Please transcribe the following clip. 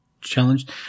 challenged